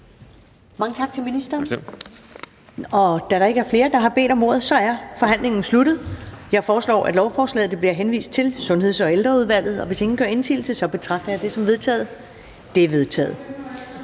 Mange tak til ministeren. Da der ikke er flere, der har bedt om ordet, er forhandlingen sluttet. Jeg foreslår, at lovforslaget henvises til Sundheds- og Ældreudvalget. Hvis ingen gør indsigelse, betragter jeg det som vedtaget. Det er vedtaget.